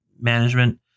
management